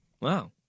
Wow